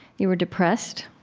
you were depressed,